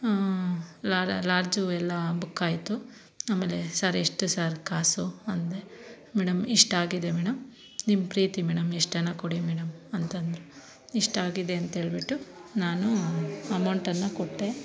ಲಾ lodge ಎಲ್ಲ book ಆಯಿತು ಆಮೇಲೆ ಸರ್ ಎಷ್ಟು ಸರ್ ಕಾಸು ಅಂದೆ ಮೇಡಮ್ ಇಷ್ಟು ಆಗಿದೆ ಮೇಡಮ್ ನಿಮ್ಮ ಪ್ರೀತಿ ಮೇಡಮ್ ಎಷ್ಟಾನ ಕೊಡಿ ಮೇಡಮ್ ಅಂತ ಅಂದರು ಇಷ್ಟು ಆಗಿದೆ ಅಂತ ಹೇಳಿಬಿಟ್ಟು ನಾನು ಅಮೌಂಟನ್ನು ಕೊಟ್ಟೆ